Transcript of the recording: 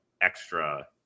extra